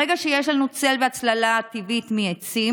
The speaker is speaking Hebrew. ברגע שיש לנו צל והצללה טבעית מעצים